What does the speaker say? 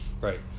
Right